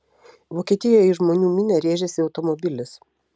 vokietijoje į žmonių minią rėžėsi automobilis